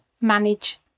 manage